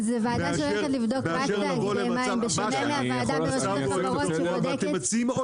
חבר'ה אני לא